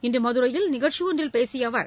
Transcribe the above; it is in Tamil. இன்று மதுரையில் நிகழ்ச்சி ஒன்றில் பேசிய அவர்